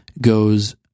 goes